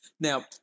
Now